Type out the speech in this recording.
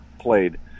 played